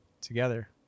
together